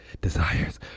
desires